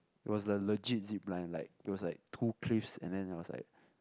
it was the legit zip line like it was like two twists and then it was like